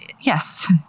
yes